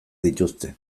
dituzte